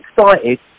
excited